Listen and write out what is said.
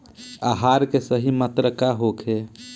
आहार के सही मात्रा का होखे?